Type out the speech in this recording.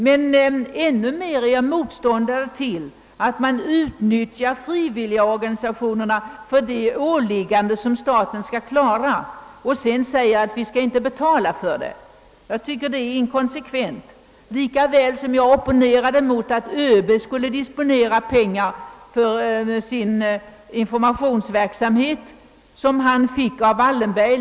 Men jag är i ännu högre grad motståndare till att utnyttja frivilligorganisationerna för de åligganden som staten skall klara och sedan inte betala för det. Jag tycker det är inkonsekvent. Jag opponerade mig emot att ÖB för sin informationsverksamhet skulle disponera pengar som han fick av Wallenberg.